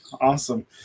Awesome